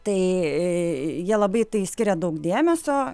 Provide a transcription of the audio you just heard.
tai jie labai išskiria daug dėmesio